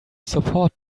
support